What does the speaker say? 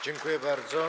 Dziękuję bardzo.